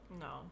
No